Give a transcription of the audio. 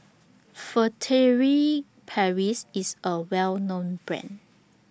Furtere Paris IS A Well known Brand